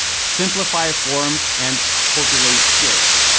simplify forms and populate fields.